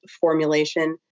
formulation